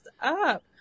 up